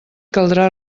caldrà